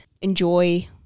enjoy